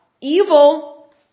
Evil